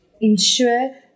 Ensure